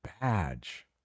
badge